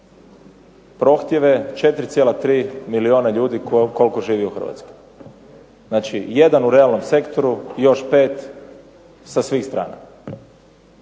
prohtjeve 4,3 milijuna ljudi koliko živi u Hrvatskoj. Znači jedan u realnom sektoru i još pet sa svih strana.